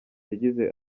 yagize